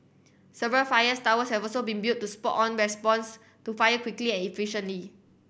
several fires towers have also been built to spot on response to fire quickly and efficiently